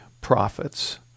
prophets